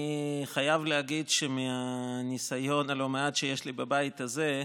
אני חייב להגיד שמהניסיון הלא-מועט שיש לי בבית הזה,